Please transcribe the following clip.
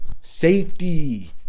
Safety